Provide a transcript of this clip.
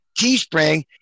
Teespring